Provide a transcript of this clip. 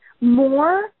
more